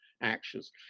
actions